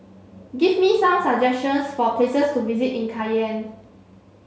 give me some suggestions for places to visit in Cayenne